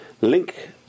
link